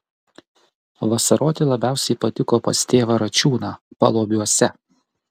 vasaroti labiausiai patiko pas tėvą račiūną paluobiuose